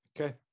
Okay